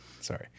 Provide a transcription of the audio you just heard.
sorry